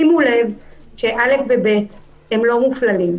שימו לב ש-א' וב' אינם מופללים.